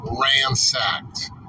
ransacked